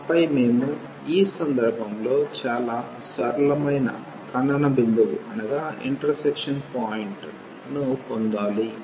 ఆపై మేము ఈ సందర్భంలో చాలా సరళమైన ఖండన బిందువును పొందాలి